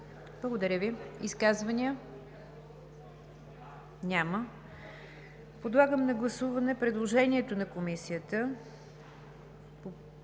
Благодаря Ви. Изказвания? Няма. Подлагам на гласуване предложението на Комисията,